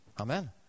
amen